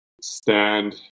stand